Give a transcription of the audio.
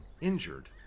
injured